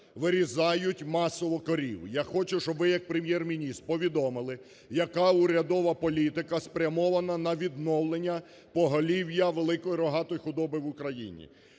Вирізають масово корів. Я хочу, щоб ви як Прем'єр-міністр повідомили, яка урядова політика спрямована на відновлення поголів'я великої рогатої худоби в Україні.